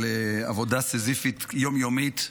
על עבודה סיזיפית, יום-יומית,